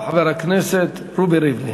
ואחריו, חבר הכנסת רובי ריבלין.